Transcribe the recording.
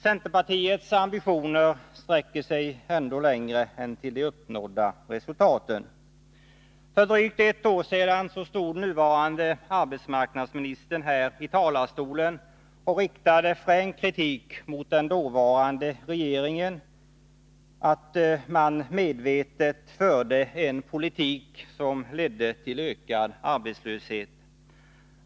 Centerpartiets ambitioner sträcker sig ändå längre än till de uppnådda resultaten. För drygt ett år sedan stod nuvarande arbetsmarknadsministern här i talarstolen och riktade frän kritik mot att den dåvarande regeringen medvetet förde en politik som ledde till ökad arbetslöshet.